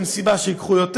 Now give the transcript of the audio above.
אין סיבה שייקחו יותר.